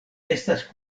estas